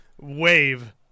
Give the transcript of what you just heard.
wave